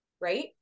right